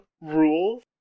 rules